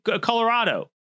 Colorado